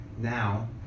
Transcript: Now